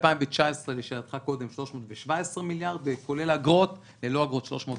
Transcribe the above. ב-2019 317 מיליארד כולל אגרות, וללא אגרות 310